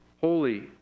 holy